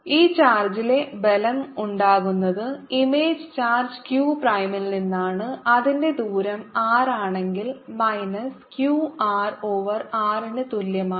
ഈ ചാർജിലെ ബലം ഉണ്ടാകുന്നത് ഇമേജ് ചാർജ് q പ്രൈമിൽ നിന്നാണ് അതിന്റെ ദൂരം r ആണെങ്കിൽ minus q R over r ന് തുല്യമാണ്